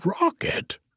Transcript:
rocket